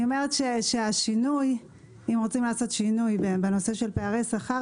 אני אומרת שאם רוצים לעשות שינוי בנושא פערי שכר,